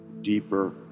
deeper